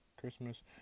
Christmas